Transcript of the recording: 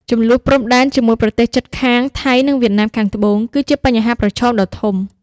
ជម្លោះព្រំដែនជាមួយប្រទេសជិតខាង ថៃ និងវៀតណាមខាងត្បូង គឺជាបញ្ហាប្រឈមដ៏ធំ។